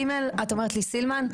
ג'" - את אומרת לי "סילמן,